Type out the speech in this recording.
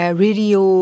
radio